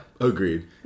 agreed